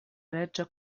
reĝa